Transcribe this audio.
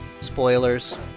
spoilers